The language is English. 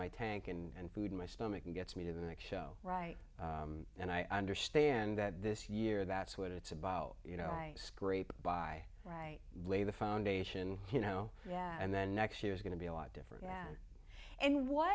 my tank and food in my stomach gets me to the next show right and i understand that this year that's what it's about you know scrape by right lay the foundation you know yeah and then next year is going to be a lot different than and wh